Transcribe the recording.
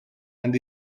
and